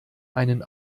einen